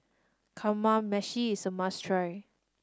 Kamameshi is a must try